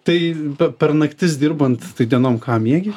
tai per naktis dirbant tai dienom ką miegi